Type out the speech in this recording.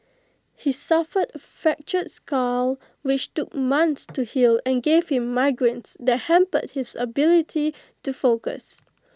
he suffered A fractured skull which took months to heal and gave him migraines that hampered his ability to focus